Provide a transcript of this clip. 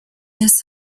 his